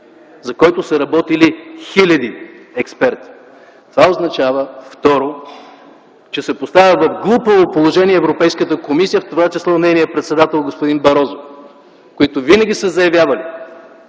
за който са работили хиляди експерти. Второ, това означава, че се поставя в глупаво положение Европейската комисия, в това число нейният председател господин Барозу, които винаги са заявявали